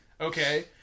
Okay